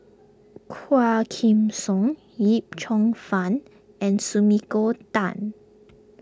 Quah Kim Song Yip Cheong Fun and Sumiko Tan